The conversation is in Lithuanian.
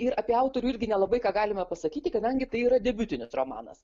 ir apie autorių irgi nelabai ką galime pasakyti kadangi tai yra debiutinis romanas